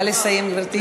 נא לסיים, גברתי.